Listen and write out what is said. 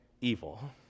evil